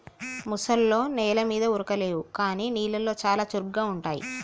ముసల్లో నెల మీద ఉరకలేవు కానీ నీళ్లలో చాలా చురుగ్గా ఉంటాయి